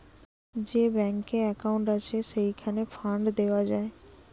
যে ব্যাংকে একউন্ট আছে, সেইখানে ফান্ড দেওয়া যায়